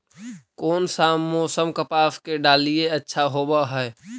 कोन सा मोसम कपास के डालीय अच्छा होबहय?